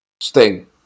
sting